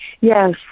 Yes